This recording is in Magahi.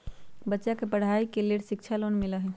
बच्चा के पढ़ाई के लेर शिक्षा लोन मिलहई?